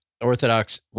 Orthodox